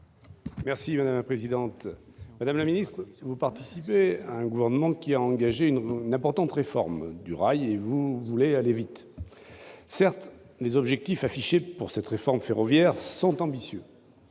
Magner, sur l'article. Madame la ministre, vous participez à un gouvernement qui a engagé une importante réforme du rail et vous voulez aller vite. Certes, les objectifs affichés pour cette réforme ferroviaire sont ambitieux.